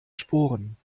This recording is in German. sporen